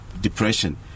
depression